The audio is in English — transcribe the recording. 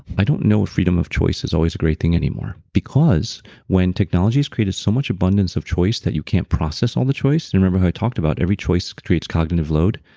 i don't know if freedom of choice is always a great thing anymore because when technology is created so much abundance of choice that you can't process all the choice. and remember how i talked about every choice creates cognitive load.